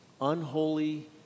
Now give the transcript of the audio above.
unholy